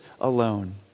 alone